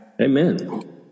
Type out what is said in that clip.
Amen